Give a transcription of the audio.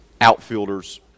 outfielders